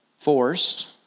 Forced